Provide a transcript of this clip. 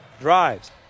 Drives